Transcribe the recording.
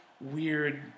weird